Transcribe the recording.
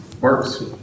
works